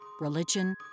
religion